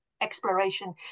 exploration